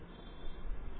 വിദ്യാർത്ഥി അതെ